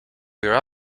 where